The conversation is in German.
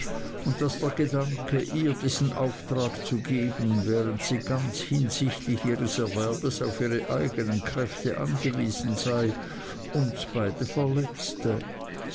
und daß der gedanke ihr diesen auftrag zu geben während sie ganz hinsichtlich ihres erwerbes auf ihre eignen kräfte angewiesen sei uns beide verletze